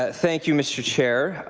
ah thank you, mr. chair.